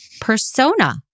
persona